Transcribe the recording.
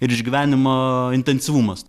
ir išgyvenimo intensyvumas